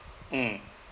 mm